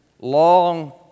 long